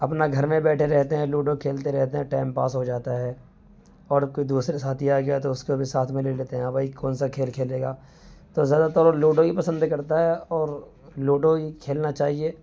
اپنا گھر میں بیٹھے رہتے ہیں لوڈو کھیلتے رہتے ہیں ٹائم پاس ہو جاتا ہے اور کوئی دوسرے ساتھی آ گیا تو اس کو بھی ساتھ میں لے لیتے ہیں ہاں بھائی کون سا کھیل کھیلے گا تو زیادہ تر لوڈو ہی پسند کرتا ہے اور لوڈو کھیلنا چاہیے